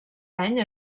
any